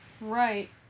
right